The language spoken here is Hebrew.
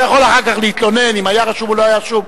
אתה יכול אחר כך להתלונן אם היה רשום או לא היה רשום.